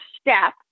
step